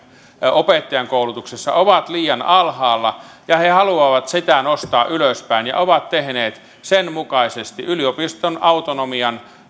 opettajankoulutuksessa ovat liian alhaalla ja he haluavat niitä nostaa ylöspäin ja ovat tehneet sen mukaisesti yliopiston autonomian